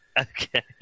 Okay